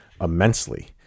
immensely